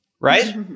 right